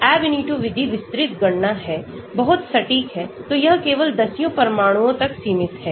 Ab initio विधि विस्तृत गणना है बहुत सटीक है तो यह केवल दसियों परमाणुओं तक सीमित है